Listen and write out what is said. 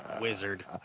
Wizard